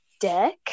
deck